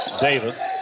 Davis